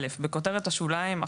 (א)בכותרת השוליים,